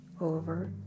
over